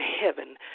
heaven